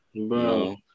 bro